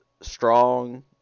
strong